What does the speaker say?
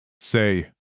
Say